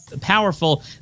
powerful